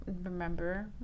remember